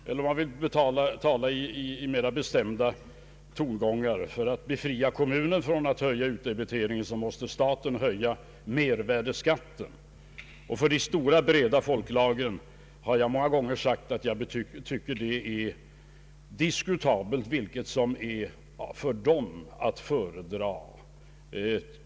Eller om man vill tala i mera bestämda tongångar: för att befria kommunen från att höja utdebiteringen måste staten höja mervärdeskatten. Jag har sagt många gånger att för de breda folklagren är det diskutabelt vilket som är att föredra.